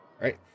Right